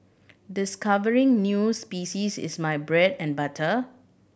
discovering new species is my bread and butter